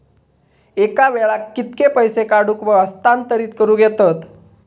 एका वेळाक कित्के पैसे काढूक व हस्तांतरित करूक येतत?